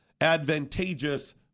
advantageous